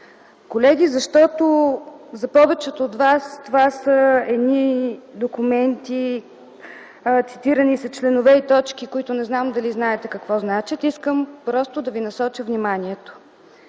Колеги, за повечето от вас това са едни документи – цитирани са членове и точки, които не знам дали знаете какво означават. Искам просто да ви насоча вниманието.